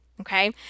okay